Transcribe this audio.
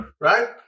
Right